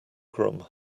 groom